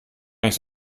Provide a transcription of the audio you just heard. nicht